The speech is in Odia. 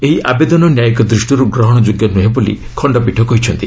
ଏହି ଅବେଦନ ନ୍ୟାୟିକ ଦୃଷ୍ଟିରୁ ଗ୍ରହଣଯୋଗ୍ୟ ନୁହେଁ ବୋଲି ଖଣ୍ଡପୀଠ କହିଛନ୍ତି